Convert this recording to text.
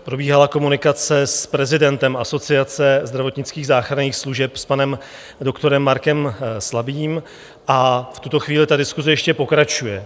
Probíhala komunikace s prezidentem Asociace zdravotnických záchranných služeb, panem doktorem Markem Slabým, a v tuto chvíli ta diskuse ještě pokračuje.